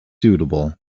suitable